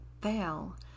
fail